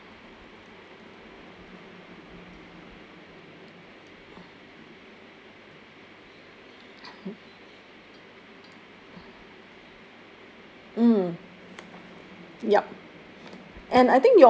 ya mm yup